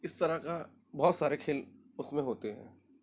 اس طرح کا بہت سارے کھیل اس میں ہوتے ہیں